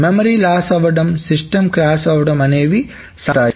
memory loss అవ్వడం system crash అవ్వడం అనేవి సాధారణంగా జరుగుతాయి